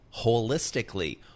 holistically